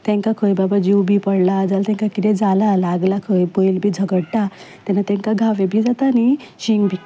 तेंका खंय बाबा जीव बी पडला जाल्यार तेंकां कितें जालां लागलां खंय बैल बी झगडटा तेन्ना तेंकां घावे बी जाता न्हय शींग बी